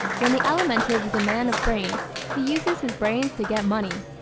when the alimentive is a man of brains he uses his brains to get money.